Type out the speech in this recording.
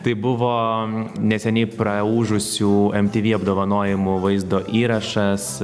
tai buvo neseniai praūžusių mtv apdovanojimų vaizdo įrašas